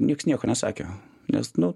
nieks nieko nesakė nes nu